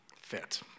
fit